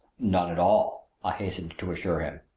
none at all, i hastened to assure him.